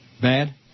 Bad